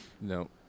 No